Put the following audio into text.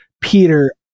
Peter